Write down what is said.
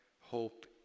hope